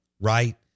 right